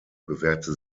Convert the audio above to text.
bewährte